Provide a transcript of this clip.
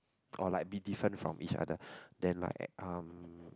or like be different from each other then like um